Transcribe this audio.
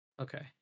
Okay